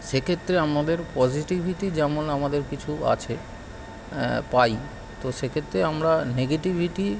সেক্ষেত্রে আমাদের পজিটিভিটি যেমন আমাদের কিছু আছে পাই তো সেক্ষেত্রে আমরা নেগেটিভিটি